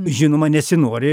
žinoma nesinori